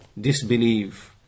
disbelieve